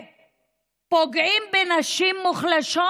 פוגעים בנשים מוחלשות,